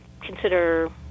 consider